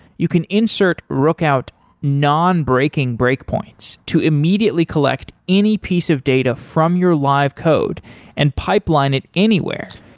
you can insert rookout non-breaking breakpoints to immediately collect any piece of data from your live code and pipeline it anywhere,